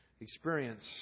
experience